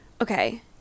Okay